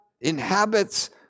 inhabits